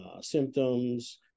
symptoms